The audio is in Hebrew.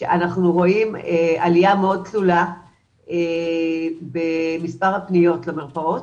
שאנחנו רואים עליה מאוד תלולה במספר הפניות למרפאות,